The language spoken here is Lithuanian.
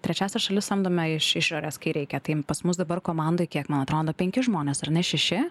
trečiąsias šalis samdome iš išorės kai reikia tai pas mus dabar komandoj kiek man atrodo penki žmonės ar ne šeši